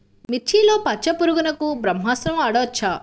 మిర్చిలో పచ్చ పురుగునకు బ్రహ్మాస్త్రం వాడవచ్చా?